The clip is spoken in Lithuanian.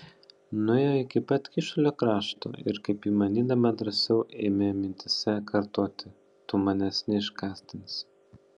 nuėjo iki pat kyšulio krašto ir kaip įmanydama drąsiau ėmė mintyse kartoti tu manęs neišgąsdinsi